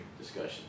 discussion